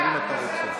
אפילו שר נורבגי.